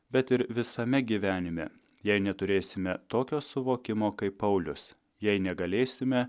bet ir visame gyvenime jei neturėsime tokio suvokimo kaip paulius jei negalėsime